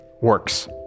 works